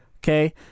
Okay